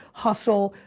hustle,